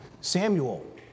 Samuel